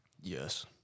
Yes